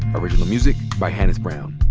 original music by hannis brown.